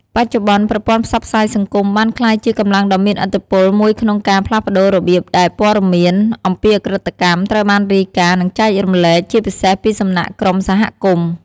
បច្ចុប្បន្ន ប្រព័ន្ធផ្សព្វផ្សាយសង្គម បានក្លាយជា កម្លាំងដ៏មានឥទ្ធិពល មួយក្នុងការផ្លាស់ប្តូររបៀបដែលព័ត៌មាន អំពីឧក្រិដ្ឋកម្ម ត្រូវបានរាយការណ៍ និងចែករំលែក ជាពិសេសពីសំណាក់ក្រុមសហគមន៍។